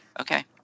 Okay